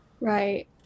Right